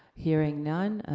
hearing none,